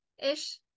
ish